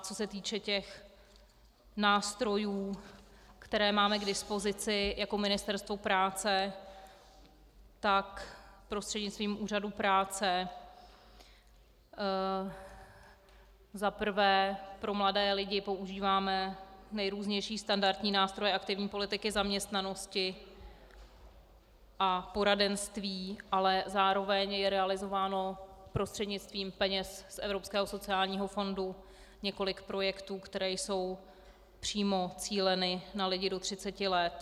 Co se týče nástrojů, které máme k dispozici jako Ministerstvo práce, tak prostřednictvím úřadu práce za prvé pro mladé lidi používáme nejrůznější standardní nástroje aktivní politiky zaměstnanosti a poradenství, ale zároveň je realizováno prostřednictvím peněz z Evropského sociálního fondu několik projektů, které jsou přímo cíleny na lidi do 30 let.